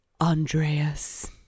Andreas